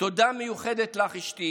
תודה מיוחדת לך, אשתי